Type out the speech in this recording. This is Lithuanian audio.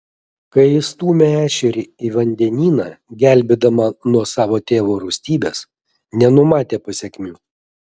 kai įstūmė ešerį į vandenyną gelbėdama nuo savo tėvo rūstybės nenumatė pasekmių